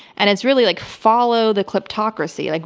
and it's really, like follow the kleptocracy, like